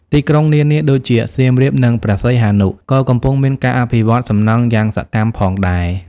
ទីក្រុងនានាដូចជាសៀមរាប និងព្រះសីហនុក៏កំពុងមានការអភិវឌ្ឍសំណង់យ៉ាងសកម្មផងដែរ។